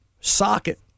socket